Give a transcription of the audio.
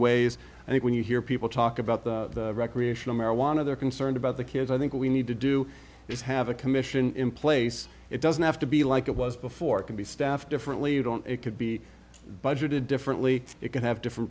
and when you hear people talk about the recreational marijuana they're concerned about the kids i think we need to do is have a commission in place it doesn't have to be like it was before it could be staffed differently you don't it could be budgeted differently it could have different